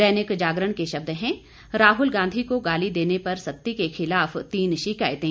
दैनिक जागरण के शब्द हैं राहुल गांधी को गाली देने पर सत्ती के खिलाफ तीन शिकायतें